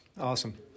Awesome